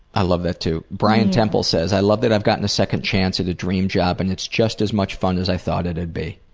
i love that too. brian temple says i love that i've gotten a second chance at a dream job, and it's just as much fun as i thought it be.